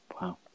Wow